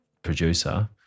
Producer